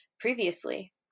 previously